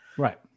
Right